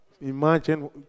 imagine